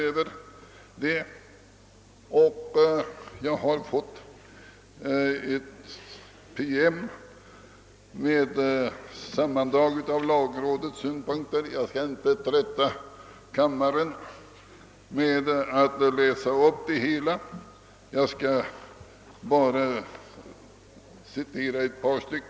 Jag har också fått en PM med sammandrag av lagrådets synpunkter, men jag skall inte trötta kammaren med att läsa upp det hela, utan jag skall bara göra ett par citat.